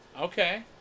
Okay